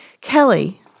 Kelly